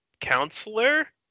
counselor